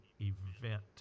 event